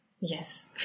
Yes